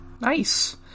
Nice